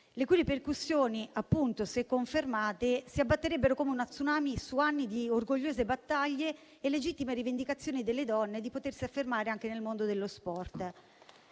Le sue ripercussioni, se confermate, si abbatterebbero come uno tsunami su anni di orgogliose battaglie e legittime rivendicazioni delle donne di potersi affermare anche nel mondo dello sport.